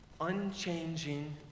unchanging